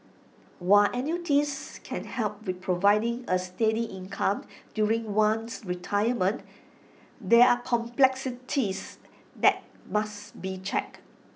while annuities can help with providing A steady income during one's retirement there are complexities that must be checked